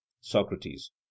Socrates